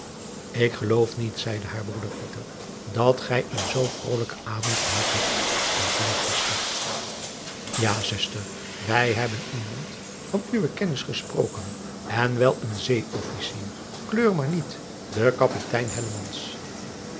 k geloof niet zeide haar broêr dat gij een zoo vrolijken avond gehad hebt als wij gister a zuster wij hebben iemand van uwe kennis gesproken en wel een ee officier kleur maar niet den apitein